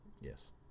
Yes